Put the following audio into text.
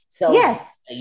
Yes